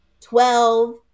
Twelve